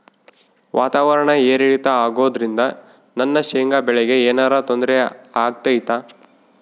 ವಾತಾವರಣ ಏರಿಳಿತ ಅಗೋದ್ರಿಂದ ನನ್ನ ಶೇಂಗಾ ಬೆಳೆಗೆ ಏನರ ತೊಂದ್ರೆ ಆಗ್ತೈತಾ?